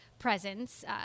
Presence